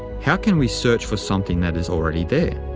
how can we search for something that is already there?